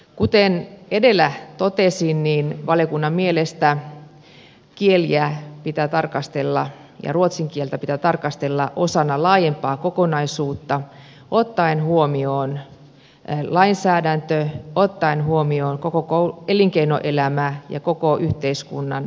kuten edellä totesin valiokunnan mielestä kieliä ja ruotsin kieltä pitää tarkastella osana laajempaa kokonaisuutta ottaen huomioon lainsäädäntö ottaen huomioon koko elinkeinoelämä ja koko yhteiskunnan tarpeet